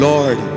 Lord